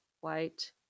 white